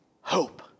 hope